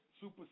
Super